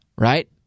right